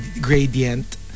gradient